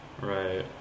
Right